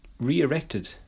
re-erected